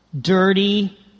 dirty